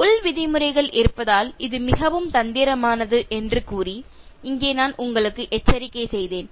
உள் விதிமுறைகள் இருப்பதால் இது மிகவும் தந்திரமானது என்று கூறி இங்கே நான் உங்களுக்கு எச்சரிக்கை செய்தேன்